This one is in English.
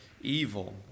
evil